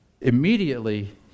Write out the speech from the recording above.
Immediately